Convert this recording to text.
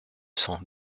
cent